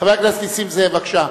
חבר הכנסת נסים זאב, בבקשה.